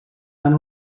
tant